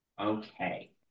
Okay